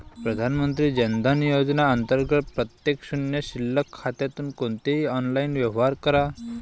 प्रधानमंत्री जन धन योजना अंतर्गत प्रत्येक शून्य शिल्लक खात्यातून कोणतेही ऑनलाइन व्यवहार करा